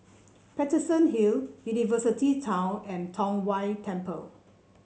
Paterson Hill University Town and Tong Whye Temple